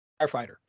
firefighter